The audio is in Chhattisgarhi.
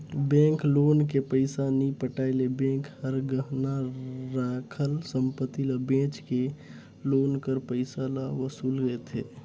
बेंक लोन के पइसा नी पटाए ले बेंक हर गहना राखल संपत्ति ल बेंच के लोन कर पइसा ल वसूल लेथे